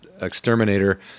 exterminator